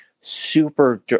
super